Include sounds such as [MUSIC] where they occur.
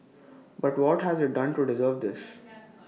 [NOISE] but what has IT done to deserve this